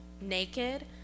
naked